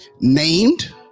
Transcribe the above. named